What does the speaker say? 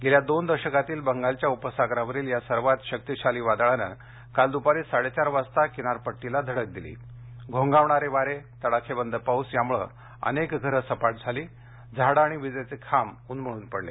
गेल्या दोन दशकांतील बंगालच्या उपसागरावरील या सर्वात शक्तिशाली वादळानं काल दुपारी साडेचार वाजता किनारपट्टीला धडक दिली घोंघावणारे वार तडाखेबंद पाऊस यामुळं अनेक घरं सपाट झालं झाडं आणि विजेचे खांब उन्मळून पडले